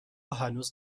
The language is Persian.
هنوز